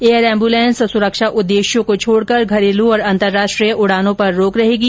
air ambulance और सुरक्षा उद्देश्यों को छोडकर घरेलु और अंतर्राष्ट्रीय उडानों पर रोक रहेगी